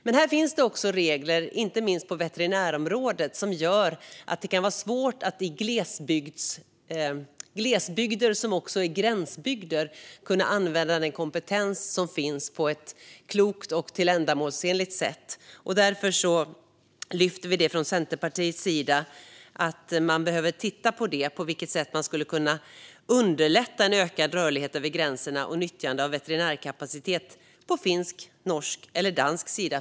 Men det finns också regler, inte minst på veterinärområdet, som gör att det kan vara svårt i glesbygder som även är gränsbygder att använda den kompetens som finns på ett klokt och ändamålsenligt sätt. Därför lyfter vi från Centerpartiets sida att man behöver titta på det. På vilket sätt kan man underlätta en ökad rörlighet över gränserna och ett nyttjande av veterinärkapacitet på finsk, norsk eller dansk sida?